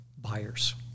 buyers